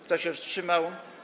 Kto się wstrzymał?